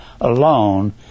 alone